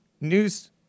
news